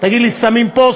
תגיד לי: שמים פה,